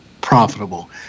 profitable